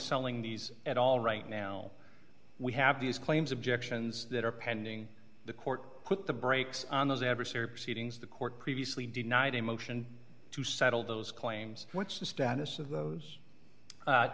selling these at all right now we have these claims objections that are pending the court put the brakes on those adversary proceedings the court previously denied a motion to settle those claims once the status of those